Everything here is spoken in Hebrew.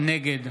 נגד